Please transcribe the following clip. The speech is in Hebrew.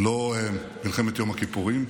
לא מלחמת יום הכיפורים,